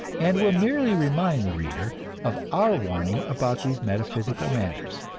and will merely remind the reader of our warning about these metaphysical matters.